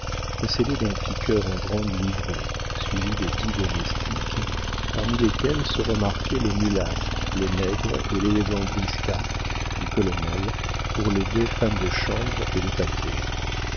précédés d'un piqueur en grande livrée suivis de dix domestiques parmi lesquels se remarquaient le mulâtre le nègre et l'élégant briska du colonel pour les deux femmes de chambre et les paquets